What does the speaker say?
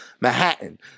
Manhattan